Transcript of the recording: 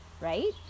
right